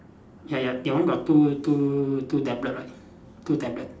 ya ya your one got two two two tablet right two tablet